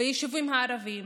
ביישובים הערביים